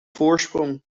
voorsprong